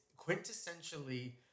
quintessentially